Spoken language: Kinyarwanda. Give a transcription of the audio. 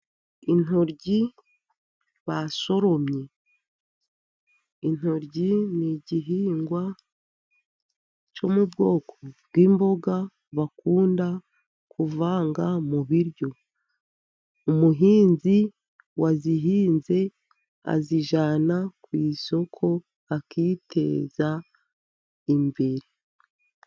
Intoryi basoromye, intoryi ni igihingwa cyo mu bwoko bw'imboga bakunda kuvanga mu biryo. Umuhinzi wazihinze azijyana ku isoko, akiteza imbere.